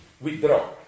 withdraw